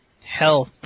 Hell